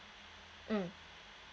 mm